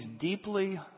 deeply